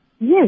Yes